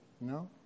No